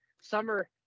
summer